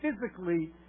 physically